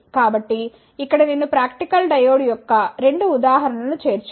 కాబట్టి ఇక్కడ నేను ప్రాక్టికల్ డయోడ్ యొక్క 2 ఉదాహరణ లను చేర్చాను